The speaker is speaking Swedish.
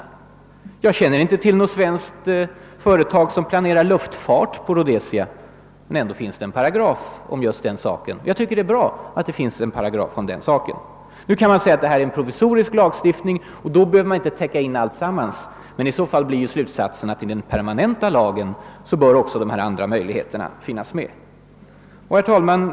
Jag känner t.ex. inte till något svenskt företag som planerar luftfart på Rhodesia. Men det finns en paragraf i lagförslaget som reglerar den saken, och jag tycker det är bra. Nu kan man säga att det här är en provisorisk lagstiftning och den behöver inte täcka in allt. Men i så fall blir slutsatsen att dessa andra möjligheter bör förhindras med den permanenta lagen, som kommer nästa år.